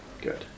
Good